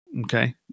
Okay